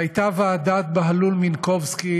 והייתה ועדת בהלול-מינקובסקי